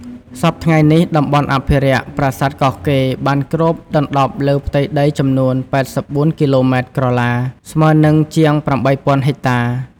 សព្វថ្ងៃនេះតំបន់អភិរក្ស ប្រាសាទកោះកេរ្តិ៍បានគ្របដណ្តប់លើផ្ទៃដីចំនួន ៨៤គីឡូម៉ែត្រក្រឡា ស្មើនិងជាង៨០០០ហិកតា។